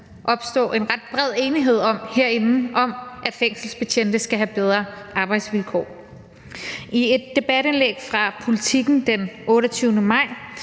opstå en ret bred enighed herinde om, at fængselsbetjente skal have bedre arbejdsvilkår. I et debatindlæg fra Politiken den 28. maj